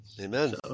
Amen